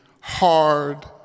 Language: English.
hard